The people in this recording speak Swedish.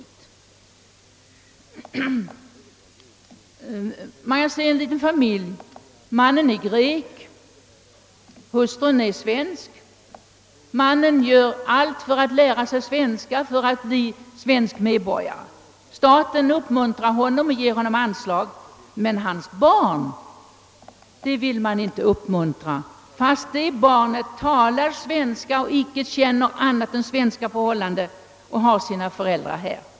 Låt oss som exempel ta en liten familj, där mannen är grek och hustrun är svenska. Mannen gör allt för att lära sig svenska språket och för att kunna bli svensk medborgare. Staten uppmuntrar honom och ger honom anslag till detta. Men hans barn vill man inte uppmuntra, fastän barnet talar svenska och icke känner till annat än svenska förhållanden och har sina föräldrar här.